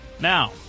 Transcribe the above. Now